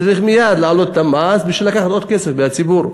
צריך מייד להעלות את המס בשביל לקחת עוד כסף מהציבור.